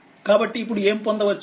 కాబట్టిఇప్పుడుఏం పొందవచ్చు